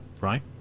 right